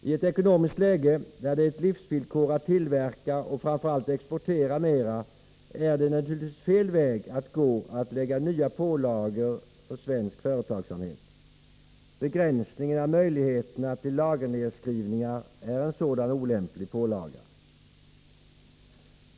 I ett ekonomiskt läge där det är ett livsvillkor att tillverka och framför allt exportera mer är det naturligtvis fel väg att gå att lägga nya pålagor på svensk företagsamhet; begränsningen av möjligheterna till lagernerskrivningar är en sådan olämplig pålaga.